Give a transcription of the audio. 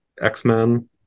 X-Men